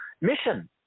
mission